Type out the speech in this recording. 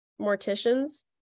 morticians